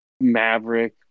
Maverick